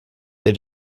they